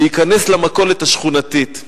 שייכנס למכולת השכונתית,